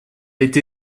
été